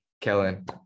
Kellen